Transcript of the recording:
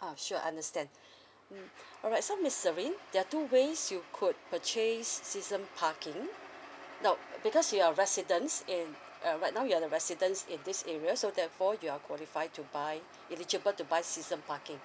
uh sure understand mm alright so miss serene there are two ways you could purchase season parking now because your residence in uh right now you're the residents in this area so therefore you are qualified to buy eligible to buy season parking